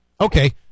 Okay